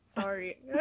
Sorry